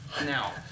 Now